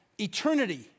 eternity